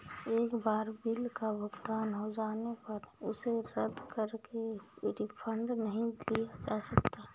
एक बार बिल का भुगतान हो जाने पर उसे रद्द करके रिफंड नहीं लिया जा सकता